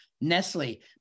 Nestle